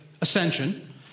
ascension